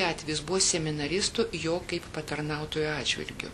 atvejis buvo seminaristo jo kaip patarnautojo atžvilgiu